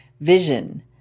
vision